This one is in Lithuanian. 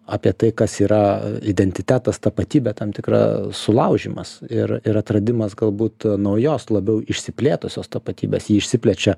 apie tai kas yra identitetas tapatybė tam tikra sulaužymas ir ir atradimas galbūt naujos labiau išsiplėtusios tapatybės ji išsiplečia